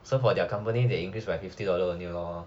so for their company they increased by fifty dollars only lor